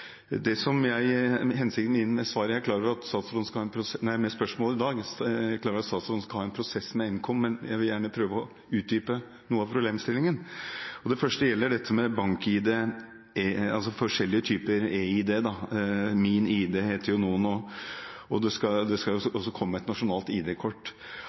Jeg er klar over at statsråden skal ha en prosess med Nkom, men hensikten min med dette spørsmålet i dag er at jeg gjerne vil prøve å få utdypet noe av problemstillingen. Det første gjelder dette med forskjellige typer e-ID, f.eks. BankID og MinID, og det skal jo også komme et nasjonalt ID-kort. I veilederen fra Nkom heter det, ifølge gjengivelsen i Dagens Næringsliv, ikke skal ; det